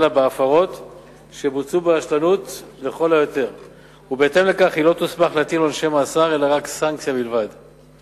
אשר תיתן מענה לבעיות הנזכרות.